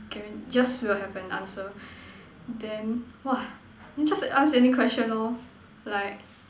guaran~ just will have an answer then !wah! then just ask any question lor like